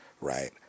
right